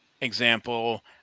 example